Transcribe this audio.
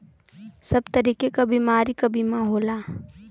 सब तरीके क बीमारी क बीमा होला